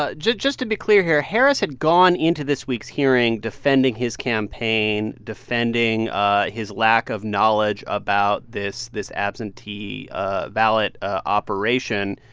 ah just just to be clear here, harris had gone into this week's hearing defending his campaign, defending ah his lack of knowledge about this this absentee ah ballot operation.